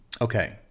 Okay